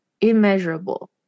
immeasurable